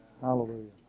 Hallelujah